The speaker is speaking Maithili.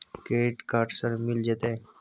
क्रेडिट कार्ड सर मिल जेतै?